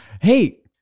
Hey